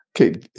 Okay